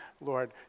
Lord